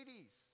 80s